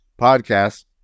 podcast